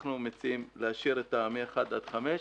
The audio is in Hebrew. להשאיר מ-1 עד 5,